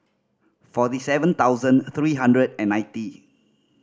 forty seven thousand three hundred and ninety